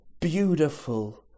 beautiful